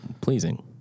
pleasing